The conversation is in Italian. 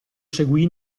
seguì